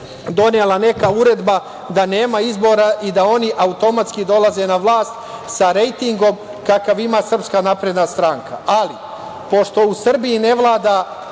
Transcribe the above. donela neka uredba da nema izbora i da oni automatski dolaze na vlast sa rejtingom kakav ima SNS, ali pošto u Srbiji ne vlada